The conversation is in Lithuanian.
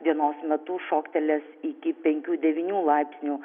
dienos metu šoktelės iki penkių devynių laipsnių